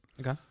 Okay